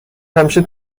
همیشه